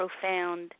profound